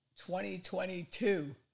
2022